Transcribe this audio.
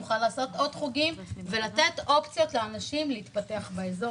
נוכל לעשות עוד חוגים ולתת אופציות לאנשים להתפתח באזור.